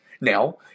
Now